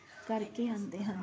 ਕਰਕੇ ਆਉਂਦੇ ਹਨ